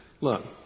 Look